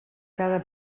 cada